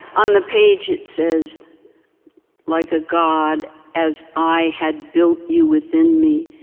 on the page it says like a god, as i had built you within me,